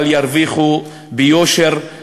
אבל ירוויחו ביושר,